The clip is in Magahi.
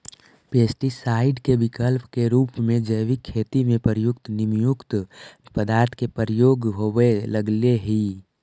पेस्टीसाइड के विकल्प के रूप में जैविक खेती में प्रयुक्त नीमयुक्त पदार्थ के प्रयोग होवे लगले हि